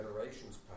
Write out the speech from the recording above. generations